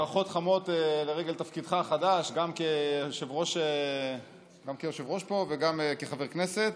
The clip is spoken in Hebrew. ברכות חמות לרגל תפקידך החדש גם כיושב-ראש פה וגם כחבר כנסת.